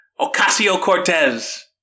Ocasio-Cortez